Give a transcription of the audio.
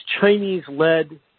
Chinese-led